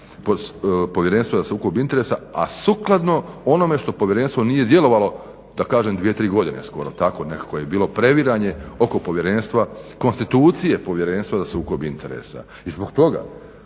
Povjerenstva za sukob interesa, a sukladno onome što povjerenstvo nije djelovalo da kažem 2-3 godine skoro, tako nekako je bilo previranje oko povjerenstva, konstitucije Povjerenstva za sukob interesa. I zbog toga